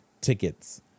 tickets